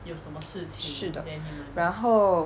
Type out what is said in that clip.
是的然后